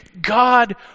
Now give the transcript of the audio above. God